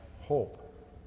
hope